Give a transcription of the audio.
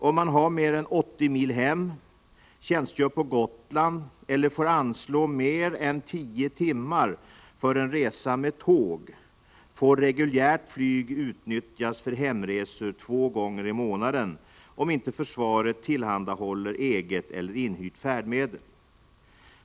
Om han har mer än 80 mil hem, tjänstgör på Gotland eller får anslå mer än 10 timmar för en resa med tåg, får reguljärt flyg utnyttjas för hemresor två gånger i månaden om inte försvaret tillhandahåller eget eller inhyrt färdmedel.